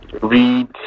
read